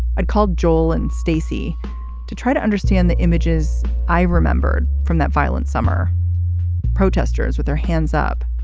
i called joel and stacey to try to understand the images i remembered from that violent summer protesters with their hands up.